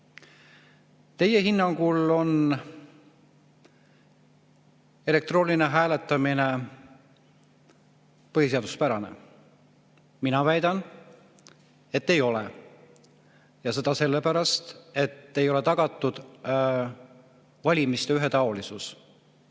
Teie hinnangul on elektrooniline hääletamine põhiseaduspärane, mina väidan, et ei ole. Ja seda sellepärast, et ei ole tagatud valimiste ühetaolisus.